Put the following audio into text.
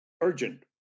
Urgent